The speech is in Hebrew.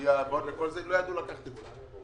לספרייה ולעוד דברים אבל לא ידעו לקחת את זה.